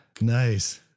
Nice